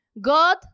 God